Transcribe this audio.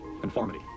conformity